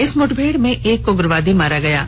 इस मुठभेड़ में एक उग्रवादी मारा गया है